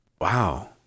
Wow